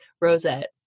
Rosette